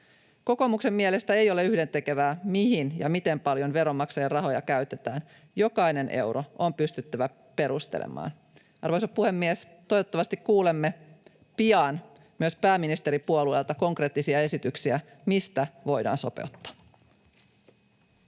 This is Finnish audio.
Kokoomuksen mielestä ei ole yhdentekevää, mihin ja miten paljon veronmaksajien rahoja käytetään. Jokainen euro on pystyttävä perustelemaan. Arvoisa puhemies! Toivottavasti kuulemme pian myös pääministeripuolueelta konkreettisia esityksiä, mistä voidaan sopeuttaa.